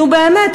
נו, באמת.